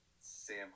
Sam